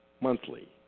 monthly